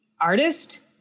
artist